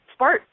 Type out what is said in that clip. SPART